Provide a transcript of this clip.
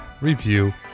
review